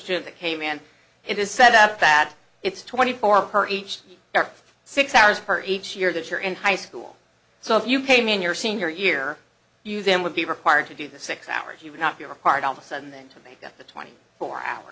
student came and it is set up that it's twenty four per each or six hours per each year that you're in high school so if you came in your senior year you then would be required to do the six hours you would not be required office and then to make up the twenty